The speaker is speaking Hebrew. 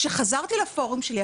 כשחזרתי לפורום שלי,